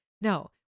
no